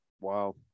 Wow